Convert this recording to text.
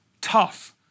Tough